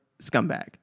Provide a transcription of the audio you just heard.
scumbag